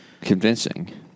Convincing